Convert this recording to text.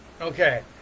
Okay